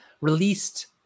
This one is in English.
released